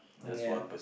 ya